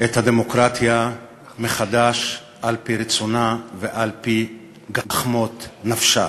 את הדמוקרטיה מחדש על-פי רצונה ועל-פי גחמות נפשה.